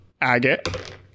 Agate